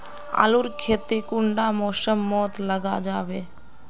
आलूर खेती कुंडा मौसम मोत लगा जाबे?